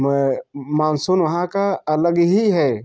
मैं मानसून वहाँ का अलग ही है